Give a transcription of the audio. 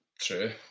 true